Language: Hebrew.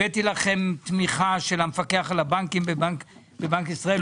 הבאתי לכם תמיכה של המפקח על הבנקים בבנק ישראל,